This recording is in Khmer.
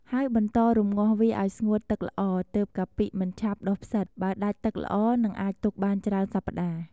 ហើយបន្តរំងាស់វាឱ្យស្ងួតទឹកល្អ ទើបកាពិមិនឆាប់ដុះផ្សិត បើដាច់ទឹកល្អនឹងអាចទុកបានច្រើនសប្ដាហ៍។